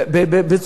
אין פתרון,